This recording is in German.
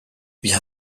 wir